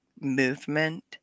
movement